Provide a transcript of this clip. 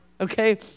okay